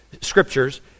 Scriptures